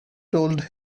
told